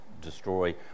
destroy